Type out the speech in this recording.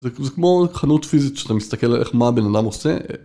זה-זה כמו... חנות פיזית, שאתה מסתכל על איך-מה בן אדם עושה.